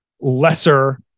lesser